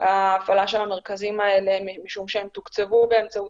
ההפעלה של המרכזים האלה משום שהם תוקצבו באמצעות